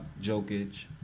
Jokic